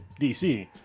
DC